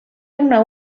una